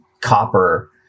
copper